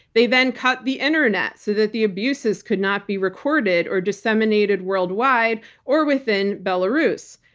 they then cut the internet so that the abuses could not be recorded or disseminated worldwide or within belarus.